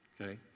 okay